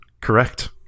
correct